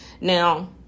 Now